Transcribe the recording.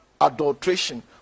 adulteration